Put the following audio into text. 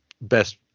best